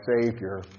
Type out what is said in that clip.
Savior